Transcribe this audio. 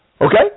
Okay